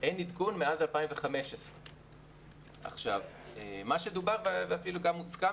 אין עדכון מאז 2015. מה שדובר ואפילו הוסכם